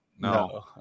No